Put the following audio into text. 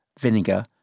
vinegar